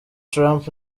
trump